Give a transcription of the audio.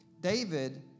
David